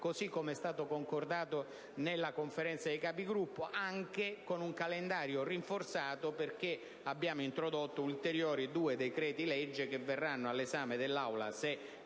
così come è stato concordato nella Conferenza dei Capigruppo, anche con un calendario rinforzato, perché abbiamo introdotto ulteriori due decreti-legge che verranno all'esame dell'Aula, se